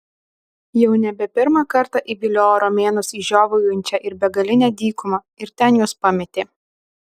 jau nebe pirmą kartą įviliojo romėnus į žiovaujančią ir begalinę dykumą ir ten juos pametė